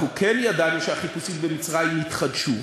אנחנו כן ידענו שהחיפושים במצרים התחדשו,